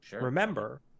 Remember